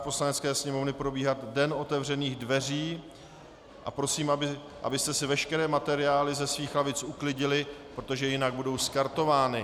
Poslanecké sněmovny probíhat den otevřených dveří, a prosím, abyste si veškeré materiály ze svých lavic uklidili, protože jinak budou skartovány.